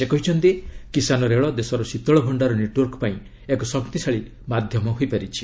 ସେ କହିଛନ୍ତି କିଷାନ ରେଳ ଦେଶର ଶୀତଳଭଣ୍ଡାର ନେଟୱର୍କ ପାଇଁ ଏକ ଶକ୍ତିଶାଳୀ ମାଧ୍ୟମ ହୋଇପାରିଛି